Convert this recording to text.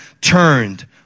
turned